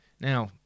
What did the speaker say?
Now